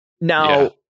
Now